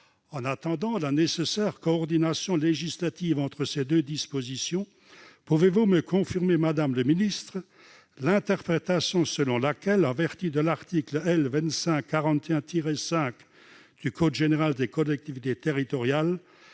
En attendant la nécessaire coordination législative entre ces deux dispositions, pouvez-vous me confirmer, madame le ministre, l'interprétation selon laquelle, en vertu de l'article L. 2541-5 du code général des collectivités territoriales,